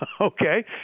okay